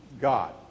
God